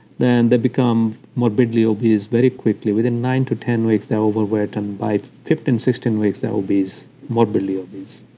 then they become morbidly obese very quickly, within nine to ten weeks, they're overweight. and by fifteen, sixteen weeks, they're obese, morbidly obese